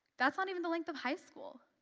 that's not even the length of high school.